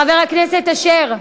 חבר הכנסת אשר.